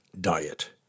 diet